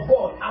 God